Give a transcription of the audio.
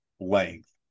length